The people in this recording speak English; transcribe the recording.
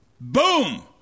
boom